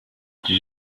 did